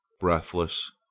breathless